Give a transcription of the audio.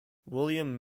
william